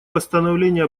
восстановления